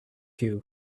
you